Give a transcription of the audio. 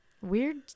weird